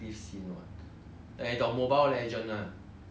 ya lah the the 那个 game 很 hot 现在很 hot